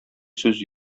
сүз